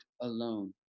alone